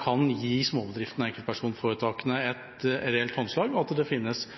kan gi småbedriftene og enkeltpersonforetakene et reelt håndslag, og at det finnes